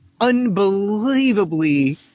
unbelievably